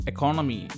Economy